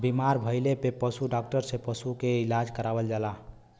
बीमार भइले पे पशु डॉक्टर से पशु के इलाज करावल जाला